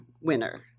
winner